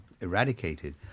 eradicated